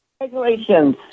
Congratulations